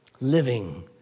living